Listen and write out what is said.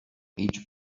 each